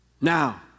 Now